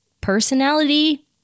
personality